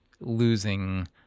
losing